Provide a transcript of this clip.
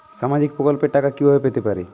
সামাজিক প্রকল্পের টাকা কিভাবে পেতে পারি?